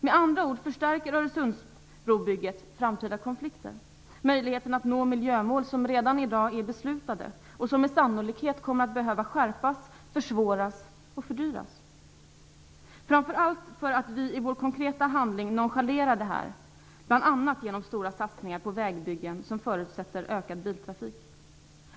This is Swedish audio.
Med andra ord förstärker Öresundsbrobygget framtida konflikter. Möjligheten att nå miljömål, som redan i dag är beslutade och som med sannolikhet kommer att behöva skärpas, försvåras och fördyras, framför allt för att vi i vår konkreta handling nonchalerar detta, bl.a. genom stora satsningar på vägbyggen som förutsätter ökad biltrafik.